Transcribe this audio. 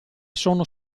sono